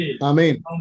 Amen